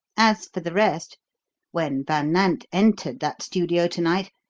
as for the rest when van nant entered that studio to-night,